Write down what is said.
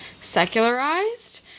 secularized